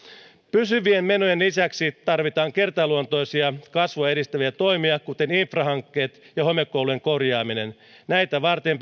pysyvien menojen lisäksi tarvitaan kertaluontoisia kasvua edistäviä toimia kuten infrahankkeet ja homekoulujen korjaaminen näitä varten